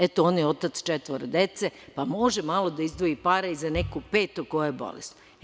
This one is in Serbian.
Eto, on je otac četvoro dece pa može malo da izdvoji para i za nekog petog koji je bolestan.